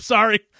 Sorry